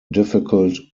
difficult